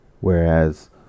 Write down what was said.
Whereas